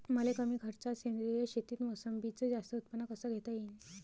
मले कमी खर्चात सेंद्रीय शेतीत मोसंबीचं जास्त उत्पन्न कस घेता येईन?